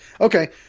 Okay